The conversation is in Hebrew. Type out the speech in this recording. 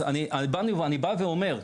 אני בא ואומר,